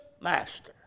master